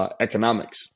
economics